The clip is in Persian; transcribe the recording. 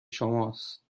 شماست